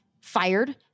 fired